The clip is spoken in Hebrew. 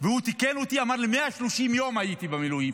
והוא תיקן אותי, אמר לי: 130 יום הייתי במילואים,